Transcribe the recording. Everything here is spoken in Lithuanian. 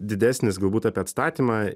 didesnis galbūt apie atstatymą